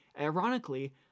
ironically